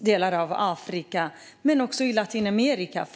delar av Afrika men också delar av Latinamerika.